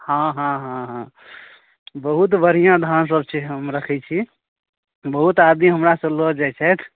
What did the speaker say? हँ हँ हँ हँ बहुत बढ़िआँ धानसब छै हम रखै छी बहुत आदमी हमरासँ लऽ जाइ छथि